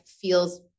feels